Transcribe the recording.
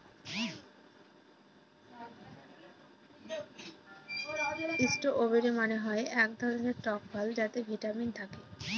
strawberry মানে হয় এক ধরনের টক ফল যাতে ভিটামিন থাকে